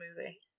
movie